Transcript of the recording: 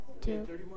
two